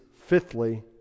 fifthly